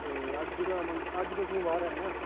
ते अज्ज ते मंग अज्ज ते सोमबार ऐ अजें